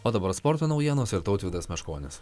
o dabar sporto naujienos ir tautvydas meškonis